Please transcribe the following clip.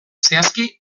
zehazki